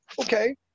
Okay